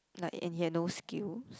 like and he had no skills